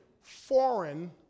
foreign